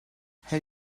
her